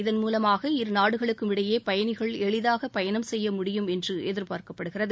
இதன்மூலமாக இரு நாடுகளுக்கும் இடையே பயணிகள் எளிதாக பயணம் செய்ய முடியும் என்று எதிர்பார்க்கப்படுகிறது